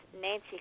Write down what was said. Nancy